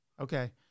okay